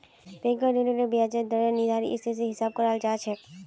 बैंकेर ऋनेर ब्याजेर दरेर निर्धानरेर स्थितिर हिसाब स कराल जा छेक